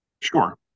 Sure